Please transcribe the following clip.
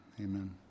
Amen